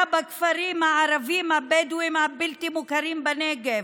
בכפרים הערביים הבדואיים הבלתי-מוכרים בנגב,